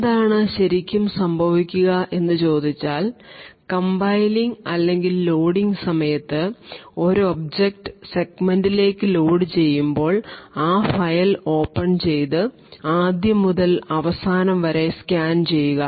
എന്താണ് ശരിക്കും സംഭവിക്കുക എന്ന് ചോദിച്ചാൽ കംപൈലിങ് അല്ലെങ്കിൽ ലോഡിംഗ് സമയത്ത് ഒരു ഒബ്ജക്റ്റ് സെഗ്മെൻറിലേക്ക് ലോഡ് ചെയ്യുമ്പോൾ ആ ഫയൽ ഓപ്പൺ ചെയ്തു ആദ്യം മുതൽ അവസാനം വരെ സ്കാൻ ചെയ്യുക